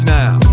now